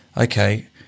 okay